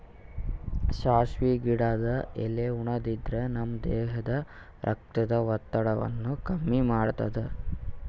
ಸಾಸ್ವಿ ಗಿಡದ್ ಎಲಿ ಉಣಾದ್ರಿನ್ದ ನಮ್ ದೇಹದ್ದ್ ರಕ್ತದ್ ಒತ್ತಡಾನು ಕಮ್ಮಿ ಮಾಡ್ತದ್